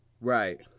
Right